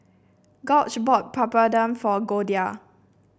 Gauge bought Papadum for Goldia